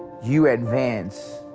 you advance.